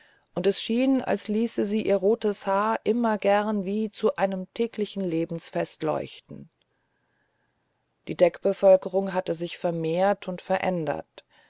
und es schien als ließe sie ihr rotes haar immer gern wie zu einem täglichen lebensfest leuchten die deckbevölkerung hatte sich vermehrt und verändert